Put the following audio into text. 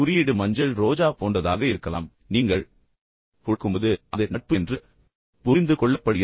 குறியீடு மஞ்சள் ரோஜா போன்றதாக இருக்கலாம் நீங்கள் கொடுக்கும்போது அது நட்பு என்று புரிந்து கொள்ளப்படுகிறது